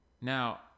Now